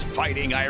fighting